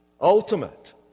ultimate